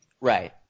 Right